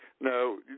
No